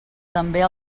també